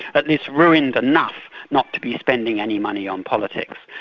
but least ruined enough not to be spending any money on politics.